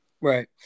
Right